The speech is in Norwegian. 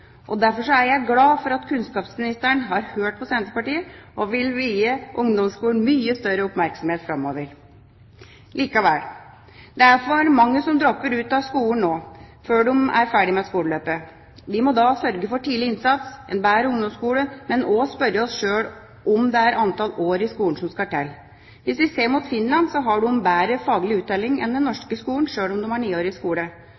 ungdomsskolen. Derfor er jeg glad for at kunnskapsministeren har hørt på Senterpartiet og vil vie ungdomsskolen mye større oppmerksomhet framover. Likevel: Det er for mange som dropper ut av skolen nå – før de er ferdige med skoleløpet. Vi må da sørge for tidlig innsats, en bedre ungdomsskole, men også spørre oss sjøl om det er antall år i skolen som skal til. Hvis vi ser mot Finland, har de bedre faglig uttelling enn den norske skolen sjøl om de har 9-årig skole. Så har